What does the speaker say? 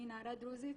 אני נערה דרוזית.